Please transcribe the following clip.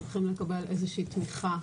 צריכים לקבל איזו שהיא תמיכה